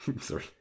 Sorry